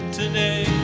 today